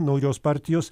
naujos partijos